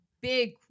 big